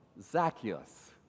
Zacchaeus